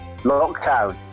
lockdown